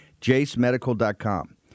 JaceMedical.com